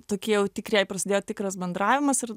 tokie jau tikrieji prasidėjo tikras bendravimas ir